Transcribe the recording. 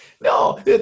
No